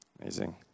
Amazing